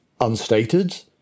unstated